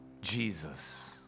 Jesus